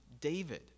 David